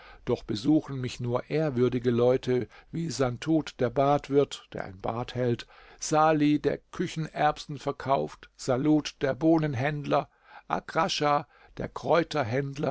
doch besuchen mich nur ehrwürdige leute wie santut der badwirt der ein bad hält sali der küchenerbsen verkauft salut der bohnenhändler akrascha der